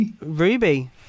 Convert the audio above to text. Ruby